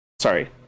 Sorry